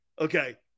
Okay